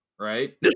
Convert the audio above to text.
right